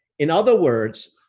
in other words,